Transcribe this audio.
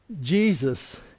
Jesus